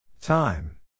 Time